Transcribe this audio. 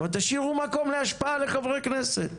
אבל תשאירו מקום להשפעה לחברי כנסת